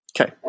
Okay